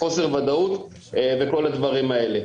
חוסר ודאות וכל הדברים האלה.